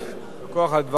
יישר כוח על דבר התורה.